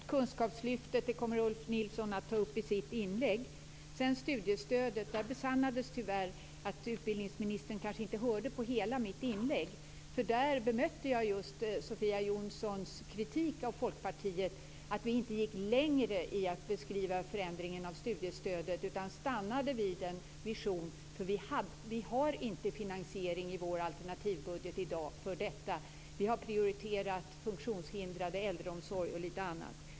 Fru talman! Kunskapslyftet kommer Ulf Nilsson att ta upp i sitt inlägg. I fråga om studiestödet besannades tyvärr att utbildningsministern kanske inte hörde på hela mitt inlägg. Där bemötte jag just Sofia Jonssons kritik av Folkpartiet för att vi inte gick längre i att beskriva förändringen av studiestödet, utan stannade vid en vision. Vi har inte finansiering i vår alternativbudget för detta. Vi har prioriterat funktionshindrade, äldreomsorg och lite annat.